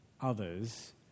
others